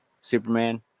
Superman